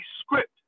script